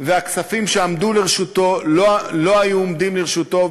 והכספים שעמדו לרשותו לא היו עומדים לרשותו.